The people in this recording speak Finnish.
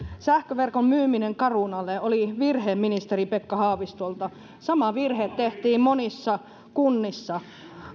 sähköverkon myyminen carunalle oli virhe ministeri pekka haavistolta sama virhe tehtiin monissa kunnissa